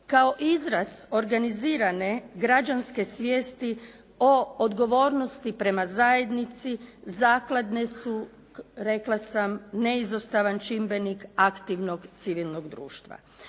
kao izraz organizirane građanske svijesti o odgovornosti prema zajednici, zakladne su rekla sam nezistovan čimbenik aktivnog civilnog društva.